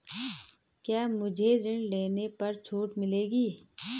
क्या मुझे ऋण लेने पर छूट मिलेगी?